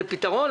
זה פתרון,